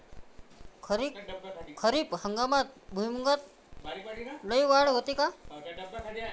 खरीप हंगामात भुईमूगात लई वाढ होते का?